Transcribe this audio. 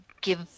give